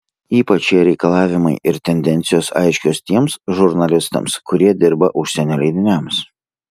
ypač šie reikalavimai ir tendencijos aiškios tiems žurnalistams kurie dirba užsienio leidiniams